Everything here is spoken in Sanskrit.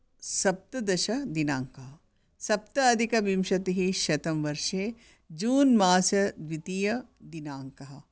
सप्तदशदिनाङ्कः सप्त अधिकविंशतिः शतं वर्षे जून् मासद्वितीयदिनाङ्कः